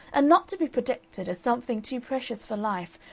and not to be protected as something too precious for life,